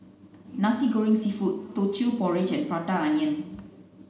Nasi Goreng seafood Teochew porridge and Prata onion